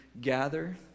gather